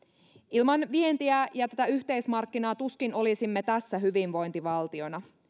ilman vientiä ja tätä yhteismarkkinaa tuskin olisimme tässä hyvinvointivaltiona